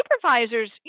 supervisors